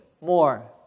more